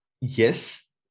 yes